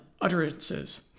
utterances